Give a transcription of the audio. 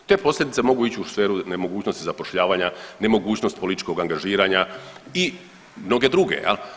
Te posljedice mogu ići u sferu nemogućnosti zapošljavanja, nemogućnost političkog angažiranja i mnoge druge jel.